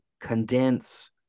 condense